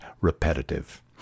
repetitive